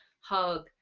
hug